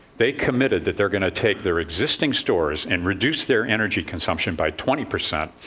they committed that they're going to take their existing stores and reduce their energy consumption by twenty percent,